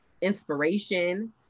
inspiration